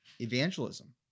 evangelism